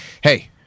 Hey